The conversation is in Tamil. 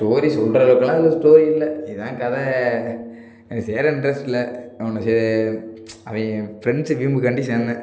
ஸ்டோரி சொல்கிறளவுக்கெல்லாம் அதில் ஸ்டோரி இல்லை இதுதான் கதை எனக்கு சேர இன்ட்ரெஸ்ட் இல்லை ஒன்று சே அவங்க ஃப்ரெண்ட்ஸு வீம்புக்காண்டி சேர்ந்தேன்